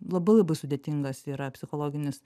labai labai sudėtingas yra psichologinis